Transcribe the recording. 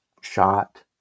shot